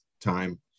time